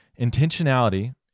Intentionality